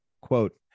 quote